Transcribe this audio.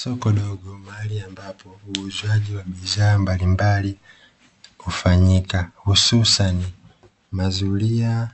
Soko dogo mahali ambapo uuzaji wa bidhaa mbalimbali hufanyika hususani mazulia